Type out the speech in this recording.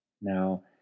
now